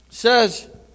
Says